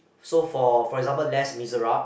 so for for example Les-Miserables